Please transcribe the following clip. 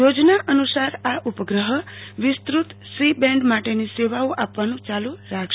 યોજના અનસાર આ ઉપગ્રહ વિસ્ત્રત સી બેન્ડ માટેની સેવાઓ આપવાનુ ચાલ રાખશે